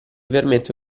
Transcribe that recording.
permette